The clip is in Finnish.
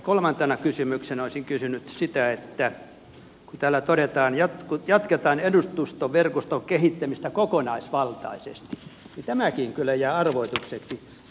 kolmantena kysymyksenä olisin kysynyt siitä kun täällä todetaan että jatketaan edustus toverkoston kehittämistä kokonaisvaltaisesti mutta tämäkin kyllä jää arvoitukseksi